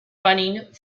running